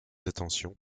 intentions